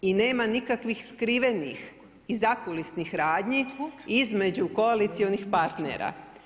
I nema nikakvih skrivenih i zakulisnih radnji između koalicijskih partnera.